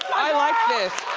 i like this.